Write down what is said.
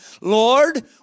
Lord